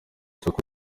isoko